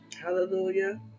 Hallelujah